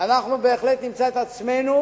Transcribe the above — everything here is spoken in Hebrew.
בהחלט נמצא עצמנו